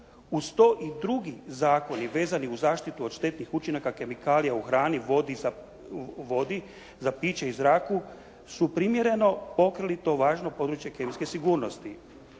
Uz to i drugi zakoni vezani uz zaštitu od štetnih učinaka kemikalija u hrani, vodi za, vodi za piće i zraku su primjereno pokrili to važno područje kemijske sigurnosti.